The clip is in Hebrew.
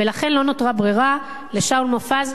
ולכן לא נותרה ברירה לשאול מופז,